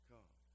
Come